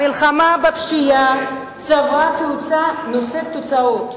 המלחמה בפשיעה צברה תאוצה ונושאת תוצאות,